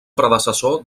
predecessor